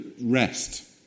rest